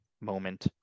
moment